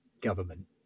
government